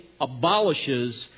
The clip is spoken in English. abolishes